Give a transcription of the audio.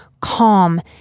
calm